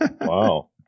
Wow